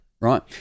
right